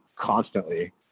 constantly